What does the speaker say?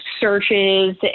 searches